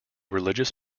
religious